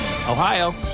Ohio